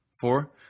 Four